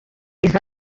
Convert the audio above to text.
izi